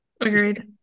Agreed